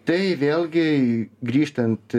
tai vėlgi grįžtant